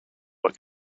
what